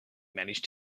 manage